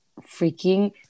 freaking